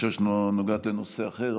בפגישה שנוגעת לנושא אחר,